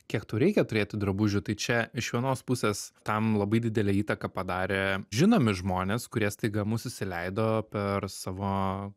kiek tau reikia turėti drabužių tai čia iš vienos pusės tam labai didelę įtaką padarė žinomi žmonės kurie staiga mus įsileido per savo